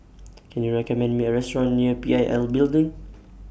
Can YOU recommend Me A Restaurant near P I L Building